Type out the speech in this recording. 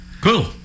Cool